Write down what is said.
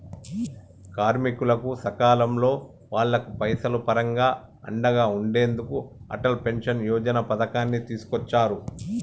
కార్మికులకు సకాలంలో వాళ్లకు పైసలు పరంగా అండగా ఉండెందుకు అటల్ పెన్షన్ యోజన పథకాన్ని తీసుకొచ్చారు